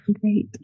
Great